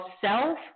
self